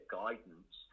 guidance